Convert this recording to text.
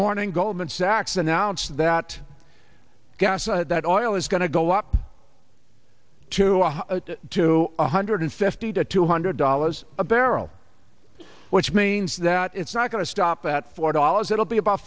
morning goldman sachs announced that gas that oil is going to go up to two hundred fifty to two hundred dollars a barrel which means that it's not going to stop at four dollars it'll be about